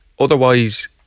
Otherwise